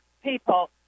people